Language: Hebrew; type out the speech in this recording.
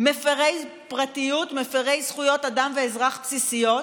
מפירי פרטיות, מפירי זכויות אדם ואזרח בסיסיות,